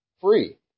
free